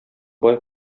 бай